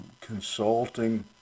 consulting